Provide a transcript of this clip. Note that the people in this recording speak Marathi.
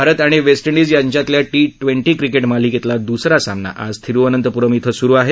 भारत आणि वेस्ट इंडिज यांच्यातल्या टी ट्वेंटी क्रिकेट मालिकेतला दुसरा सामना आज थिरुअनंतप्रम इथं सुरु आहे